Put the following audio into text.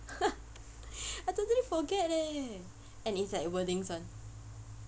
I totally forget eh and it's like wordings [one]